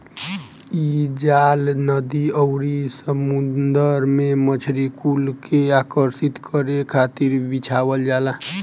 इ जाल नदी अउरी समुंदर में मछरी कुल के आकर्षित करे खातिर बिछावल जाला